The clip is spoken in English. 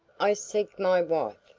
i seek my wife,